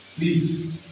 Please